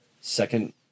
second